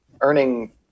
earning